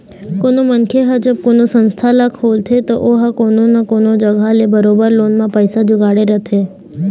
कोनो मनखे ह जब कोनो संस्था ल खोलथे त ओहा कोनो न कोनो जघा ले बरोबर लोन म पइसा जुगाड़े रहिथे